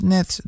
Net